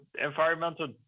environmental